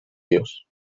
dios